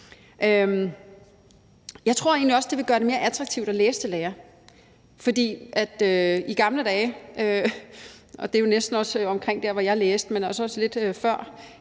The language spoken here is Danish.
Jeg tror egentlig også, at det vil gøre det mere attraktivt at læse til lærer. For i gamle dage – og det er jo næsten også deromkring, hvor jeg læste, men altså også lidt før